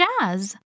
jazz